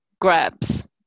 grabs